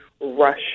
rush